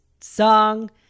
song